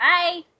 Bye